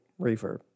reverb